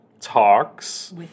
talks